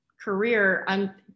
career